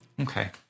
Okay